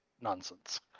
nonsense